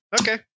Okay